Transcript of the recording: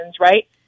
right